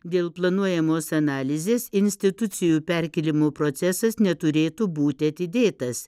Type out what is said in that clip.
dėl planuojamos analizės institucijų perkėlimo procesas neturėtų būti atidėtas